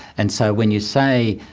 and so when you say,